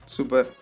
Super